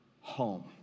home